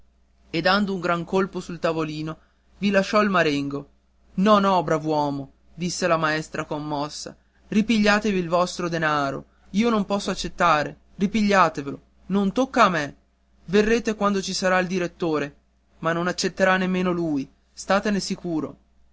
e dando un gran colpo sul tavolino vi lasciò il marengo no no brav'uomo disse la maestra commossa ripigliatevi il vostro denaro io non lo posso accettare ripigliatevelo non tocca a me verrete quando ci sarà il direttore ma non accetterà nemmeno lui statene sicuro